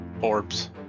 Orbs